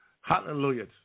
Hallelujah